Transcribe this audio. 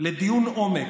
ולדיון עומק.